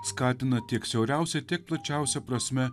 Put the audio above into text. skatina tiek siauriausia ir tiek plačiausia prasme